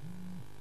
אילן גילאון.